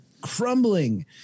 crumbling